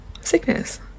sickness